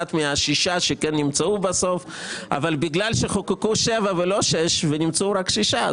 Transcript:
מהשישה שכן נמצאו בסוף אבל בגלל שחוקקו שבעה ולא שישה ונמצאו רק שישה,